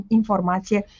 informație